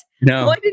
no